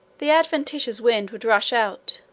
the adventitious wind would rush out,